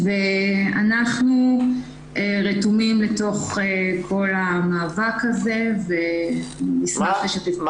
אנחנו רתומים לתוך כל המאבק הזה ונשמח לשתף פעולה --- מה